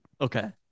Okay